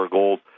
gold